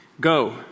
Go